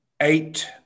eight